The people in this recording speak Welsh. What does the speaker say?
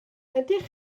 ydych